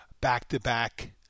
back-to-back